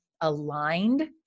aligned